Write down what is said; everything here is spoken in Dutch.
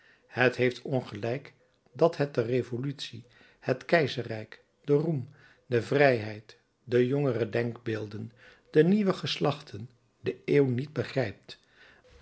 het heeft ongelijk dat het de revolutie het keizerrijk den roem de vrijheid de jongere denkbeelden de nieuwe geslachten de eeuw niet begrijpt